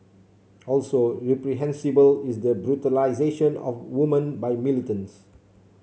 also reprehensible is the brutalisation of women by militants